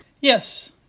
Yes